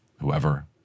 whoever